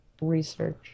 research